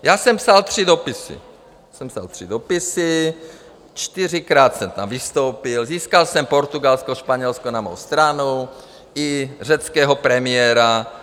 Já jsem psal tři dopisy, psal jsem tři dopisy, čtyřikrát jsem tam vystoupil, získal jsem Portugalsko, Španělsko na svou stranu i řeckého premiéra.